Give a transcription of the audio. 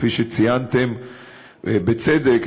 כפי שציינתם בצדק,